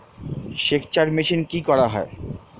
সেকচার মেশিন কি করা হয়?